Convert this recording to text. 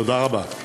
תודה רבה.